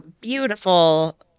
beautiful